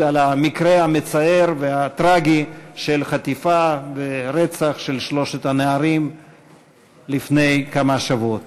על המקרה המצער והטרגי של החטיפה והרצח של שלושת הנערים לפני כמה שבועות.